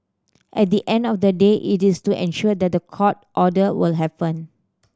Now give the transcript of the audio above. at the end of the day it is to ensure that the court order will happen